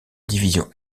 divisions